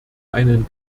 einen